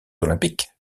olympiques